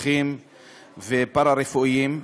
רוקחים ופארה-רפואיים,